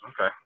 okay